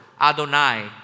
Adonai